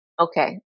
Okay